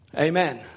Amen